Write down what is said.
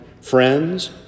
friends